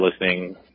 listening